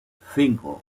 cinco